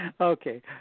Okay